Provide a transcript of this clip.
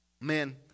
Man